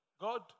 God